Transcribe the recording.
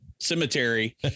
cemetery